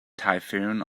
typhoon